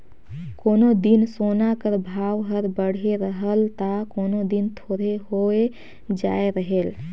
कोनो दिन सोना कर भाव हर बढ़े रहेल ता कोनो दिन थोरहें होए जाए रहेल